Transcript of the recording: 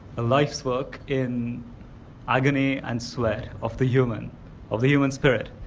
a life's work in agony and sweat of the human of the human spirit,